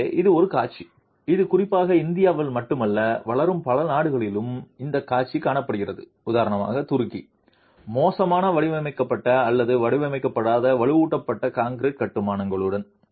எனவே இது ஒரு காட்சி இது குறிப்பாக இந்தியாவில் மட்டுமல்ல வளரும் பல நாடுகளிலும் இந்த காட்சி காணப்படுகிறது உதாரணமாக துருக்கி மோசமாக வடிவமைக்கப்பட்ட அல்லது வடிவமைக்கப்படாத வலுவூட்டப்பட்ட கான்கிரீட் கட்டுமானங்களுடன்